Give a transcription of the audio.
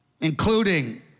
including